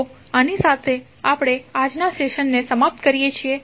તો આની સાથે આપણે આજના સેશન ને સમાપ્ત કરી શકીએ છીએ